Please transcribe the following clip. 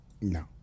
No